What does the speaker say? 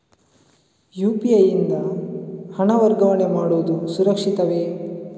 UPI ಯಿಂದ ಹಣ ವರ್ಗಾವಣೆ ಮಾಡುವುದು ಸುರಕ್ಷಿತವೇ?